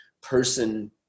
person